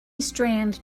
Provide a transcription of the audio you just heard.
strand